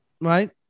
right